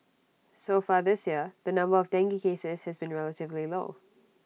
so far this year the number of dengue cases has been relatively low